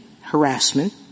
harassment